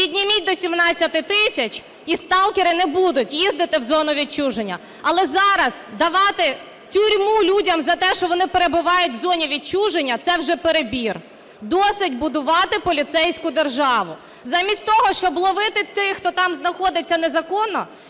підніміть до 17 тисяч - і сталкери не будуть їздити в зону відчуження. Але зараз давати тюрму людям за те, що вони перебувають у зоні відчуження, це вже перебір, досить будувати поліцейську державу. Замість того, щоб ловити тих, хто там знаходиться незаконно,